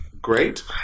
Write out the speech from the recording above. great